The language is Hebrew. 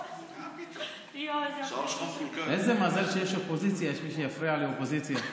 איזה מזל שיש אופוזיציה, יש מי שיפריע לאופוזיציה.